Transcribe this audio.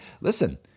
listen